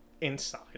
inside